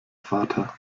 vater